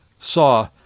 saw